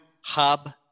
hub